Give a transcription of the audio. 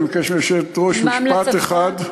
אני מבקש מהיושבת-ראש משפט אחד.